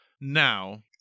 Now